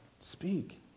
speak